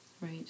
Right